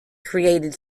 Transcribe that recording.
created